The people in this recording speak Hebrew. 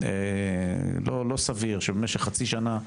לא סביר שבמשך חצי שנה,